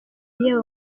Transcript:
yewe